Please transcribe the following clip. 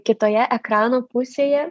kitoje ekrano pusėje